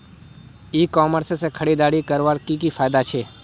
ई commerce से खरीदारी करवार की की फायदा छे?